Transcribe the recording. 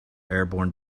airborne